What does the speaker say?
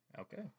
Okay